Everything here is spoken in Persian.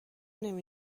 نمی